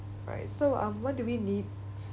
alright so um what do we need